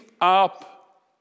up